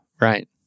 right